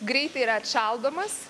greitai yra atšaldomas